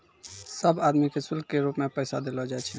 सब आदमी के शुल्क के रूप मे पैसा देलो जाय छै